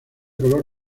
color